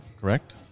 correct